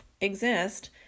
exist